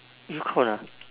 you cold ah